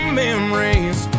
memories